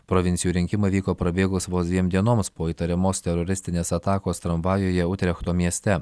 provincijų rinkimai vyko prabėgus vos dviem dienoms po įtariamos teroristinės atakos tramvajuje utrechto mieste